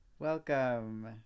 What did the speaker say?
welcome